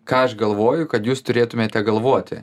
ką aš galvoju kad jūs turėtumėte galvoti